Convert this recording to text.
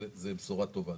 זה בשורה טובה.